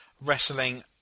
wrestling